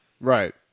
Right